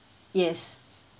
yes